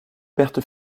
perte